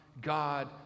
God